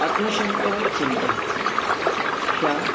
आत्मशंक व चिंता ह्या